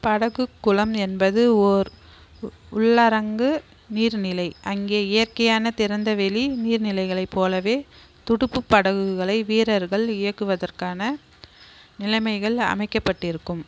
படகுக் குளம் என்பது ஓர் உள்ளரங்கு நீர்நிலை அங்கே இயற்கையான திறந்தவெளி நீர்நிலைகளைப் போலவே துடுப்புப் படகுகளை வீரர்கள் இயக்குவதற்கான நிலைமைகள் அமைக்கப்பட்டிருக்கும்